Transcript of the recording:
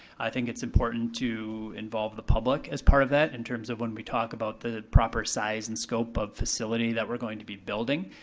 i think it's important to involve the public as part of that in terms of when we talk about the proper size and scope of facility that we're going to be building.